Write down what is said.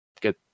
good